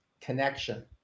connection